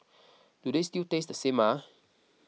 do they still taste the same ah